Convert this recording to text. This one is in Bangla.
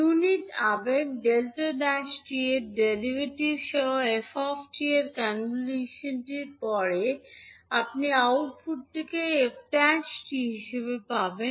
ইউনিট আবেগ 𝛿 ′ 𝑡 এর ডেরাইভেটিভ সহ 𝑓 𝑡 এর কনভলিউশনটির পরে আপনি আউটপুটটিকে 𝑓 ′ 𝑡 হিসাবে পাবেন